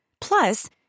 Plus